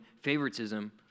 favoritism